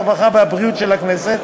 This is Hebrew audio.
הרווחה והבריאות של הכנסת,